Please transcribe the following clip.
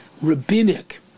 Rabbinic